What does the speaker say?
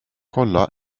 kolla